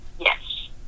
Yes